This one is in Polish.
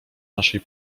naszej